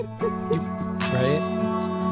Right